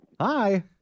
Hi